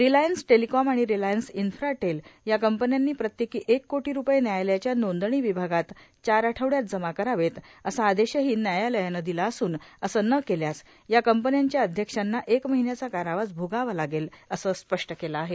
Reliance Telecom आणि रिलायन्स इन्फ्राटेल या कंपन्यांनी प्रत्येकी एक कोटी रुपये न्यायालयाच्या नोंदणी विभागात चार आठवड्यात जमा करावेत असा आदेशही न्यायालयानं दिला असून असं न केल्यास या कंपन्यांच्या अध्यक्षांना एक महिन्याचा कारावास भोगावा लागेल असं स्पष्ट केलं आहे